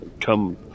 come